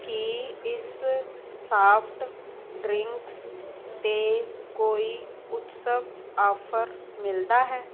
ਕੀ ਇਸ soft drinks 'ਤੇ ਕੋਈ ਉਤਸਵ ਆਫ਼ਰ ਮਿਲਦਾ ਹੈ